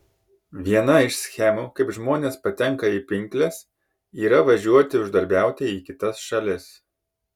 viena iš schemų kaip žmonės patenka į pinkles yra važiuoti uždarbiauti į kitas šalis